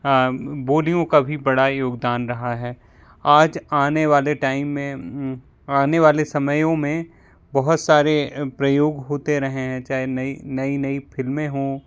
बोलियों का भी बड़ा योगदान रहा है आज आने वाले टाइम में आने वाले समयों में बहुत सारे प्रयोग होते रहे हैं चाहे नई नई नई फ़िल्में हों